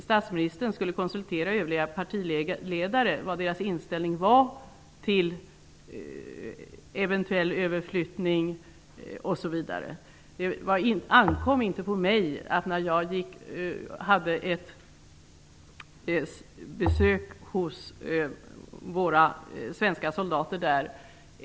Statsministern skulle konsultera övriga partiledare om deras inställning till eventuell överflyttning osv. Det ankom inte på mig att ta upp denna fråga när jag besökte våra svenska soldater.